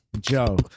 Joe